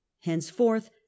henceforth